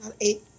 eight